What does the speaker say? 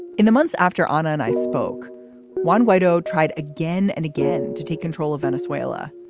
in the months after on an i spoke one whydo tried again and again to take control of venezuela.